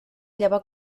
llevar